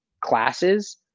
classes